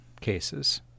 cases